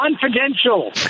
confidential